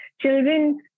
children